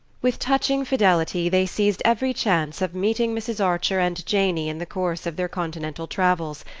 with touching fidelity they seized every chance of meeting mrs. archer and janey in the course of their continental travels,